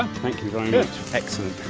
thank you very much. excellent.